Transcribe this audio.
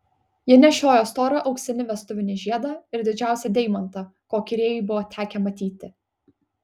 ji nešiojo storą auksinį vestuvinį žiedą ir didžiausią deimantą kokį rėjui buvo tekę matyti